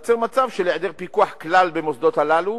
ייווצר מצב שלא יהיה פיקוח כלל במוסדות הללו